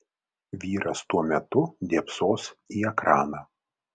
vyras tuo metu dėbsos į ekraną